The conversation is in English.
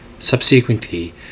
Subsequently